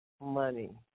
money